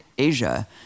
Asia